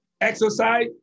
Exercise